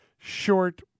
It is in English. short